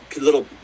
little